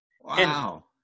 Wow